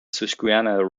susquehanna